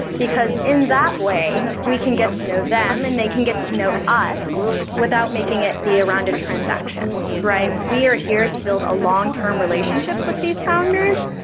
because in that way we can get to know them and they can get to know us without making it be around a transaction, right? we are here to build a long-term relationship with these founders.